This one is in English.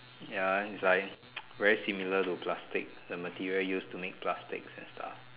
ya is like very similar to plastic the material to make plastics and stuff